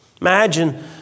Imagine